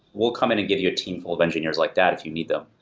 we'll come in and give you a team full of engineers like that if you need them.